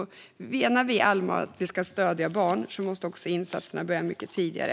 Menar vi allvar med att vi ska stödja barn måste också insatserna börja mycket tidigare.